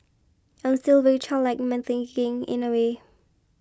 I'm still very childlike in my thinking in a way